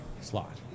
slot